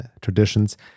traditions